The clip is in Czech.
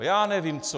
Já nevím co.